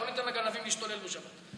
לא ניתן לגנבים להשתולל בשבת,